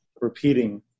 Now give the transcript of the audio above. repeating